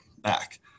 back